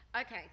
Okay